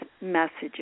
messages